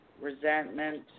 Resentment